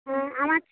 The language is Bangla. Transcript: হ্যাঁ আমার